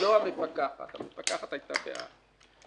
לא המפקחת, המפקחת הייתה בעד.